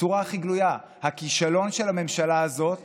בצורה הכי גלויה: הכישלון של הממשלה הזאת